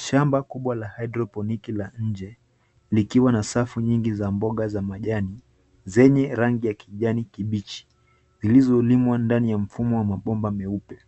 Shamba kubwa la hidroponiki la nje likiwa na safu nyingi za mboga za majani zenye rangi ya kijani kibichi zilizolimwa ndani ya mfumo wa mabomba meupe.